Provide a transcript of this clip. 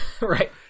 Right